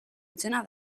izena